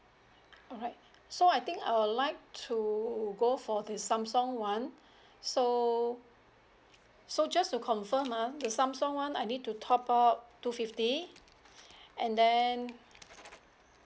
alright so I think I will like to go for the samsung one so so just to confirm ah the Samsung one I need to top up two fifty and then